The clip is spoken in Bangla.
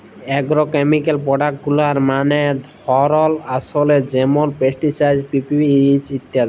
আগ্রকেমিকাল প্রডাক্ট গুলার ম্যালা ধরল আসে যেমল পেস্টিসাইড, পি.পি.এইচ ইত্যাদি